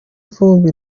vumbi